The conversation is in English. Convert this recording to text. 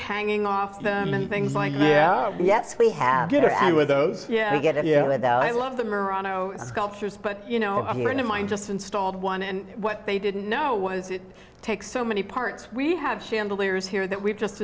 hanging off them and things like yeah yes we have here and with those yeah we get it yeah i love them or i know sculptures but you know i'm going to mine just installed one and what they didn't know was it takes so many parts we have chandelier is here that we've just